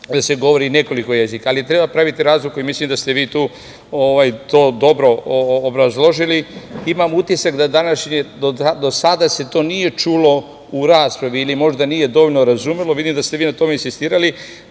da se govori nekoliko jezika. Treba praviti razliku i mislim da ste vi tu to dobro obrazložili. Imam utisak da do sada se to nije čulo u raspravi ili možda nije dovoljno razumelo. Vidim da ste vi na tome insistirali,